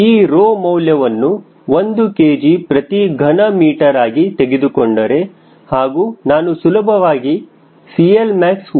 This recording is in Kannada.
ಮತ್ತು ಈ ರೊ ಮೌಲ್ಯವನ್ನು 1 kgm3 ಆಗಿ ತೆಗೆದುಕೊಂಡರೆ ಹಾಗೂ ನಾನು ಸುಲಭವಾಗಿ CLmax 1